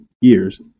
years